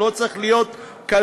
לא צריך להיות כלכלן.